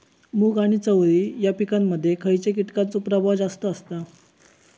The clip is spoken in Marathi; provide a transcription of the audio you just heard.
मूग आणि चवळी या पिकांमध्ये खैयच्या कीटकांचो प्रभाव जास्त असता?